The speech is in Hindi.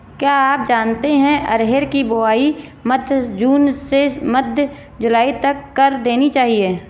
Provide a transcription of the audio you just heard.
क्या आप जानते है अरहर की बोआई मध्य जून से मध्य जुलाई तक कर देनी चाहिये?